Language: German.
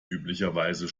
üblicherweise